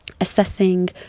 assessing